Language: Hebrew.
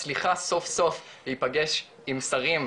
מצליחה סוף סוף להיפגש עם שרים,